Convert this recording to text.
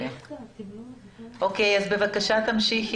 כתוב פה גם אותן מחיצות